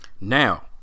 now